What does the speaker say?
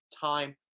time